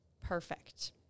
perfect